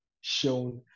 shown